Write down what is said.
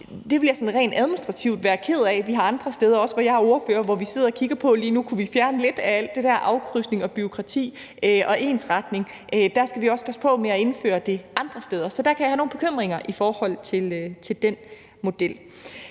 Det ville jeg sådan rent administrativt være ked af. Der er andre områder, som jeg er ordfører for, hvor vi lige nu sidder og kigger på, om vi kunne fjerne lidt af alt det der med afkrydsning, bureaukrati og ensretning, så vi skal også passe på med at indføre det andre steder. Så jeg kan have nogle bekymringer i forhold til den model.